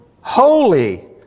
holy